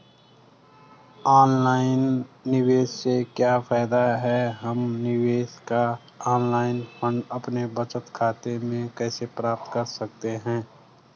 Online निवेश से क्या फायदा है हम निवेश का ऑनलाइन फंड अपने बचत खाते में कैसे प्राप्त कर सकते हैं?